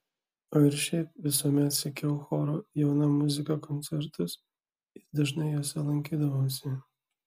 o ir šiaip visuomet sekiau choro jauna muzika koncertus ir dažnai juose lankydavausi